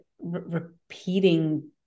repeating